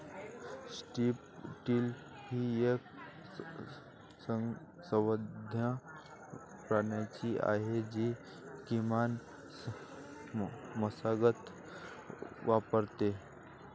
strip till ही एक संवर्धन प्रणाली आहे जी किमान मशागत वापरते